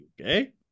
okay